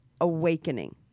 awakening